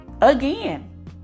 again